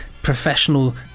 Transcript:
Professional